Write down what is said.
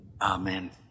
Amen